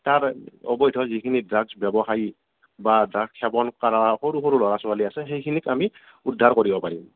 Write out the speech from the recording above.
তাৰ অবৈধ যিখিনি ড্ৰাগছ ব্যৱসায়ী বা ড্ৰাগছ সেৱন কৰা সৰু সৰু ল'ৰা ছোৱালী আছে সেইখিনিক আমি উদ্ধাৰ কৰিব পাৰিম